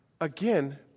again